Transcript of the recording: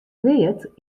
read